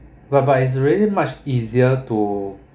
but but is really much easier to